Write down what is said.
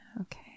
okay